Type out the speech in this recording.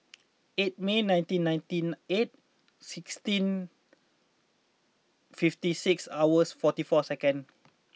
eight May nineteen ninety eight sixteen fifty six hours forty four seconds